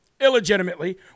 illegitimately